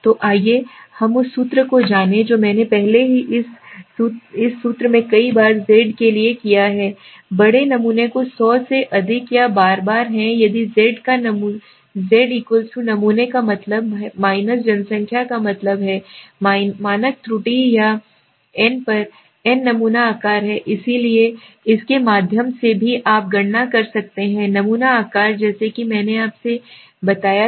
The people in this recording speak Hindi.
तो आइए हम उस सूत्र पर जाएं जो मैंने पहले ही इस सूत्र को कई बार Z के लिए किया है बड़े नमूने जो 100 से अधिक या बराबर हैं यदि जेड नमूना का मतलब है जनसंख्या का मतलब है मानक त्रुटि या σ theN पर एन नमूना आकार है इसलिए इसके माध्यम से भी आप गणना कर सकते हैं नमूना आकार जैसा कि मैंने पहले बताया था